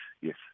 yes